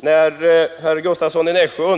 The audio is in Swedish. Vidare: Herr Gustavsson i Nässjö